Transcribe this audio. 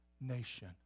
nation